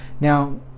Now